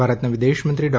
ભારતના વિદેશમંત્રી ડો